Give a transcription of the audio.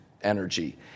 energy